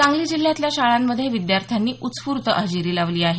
सांगली जिल्ह्यातल्या शाळांमध्ये विद्यार्थ्यांनी उस्फुर्त हजेरी लावली आहे